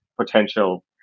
potential